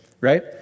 right